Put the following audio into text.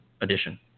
addition